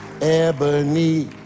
Ebony